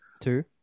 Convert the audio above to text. Two